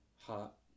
hot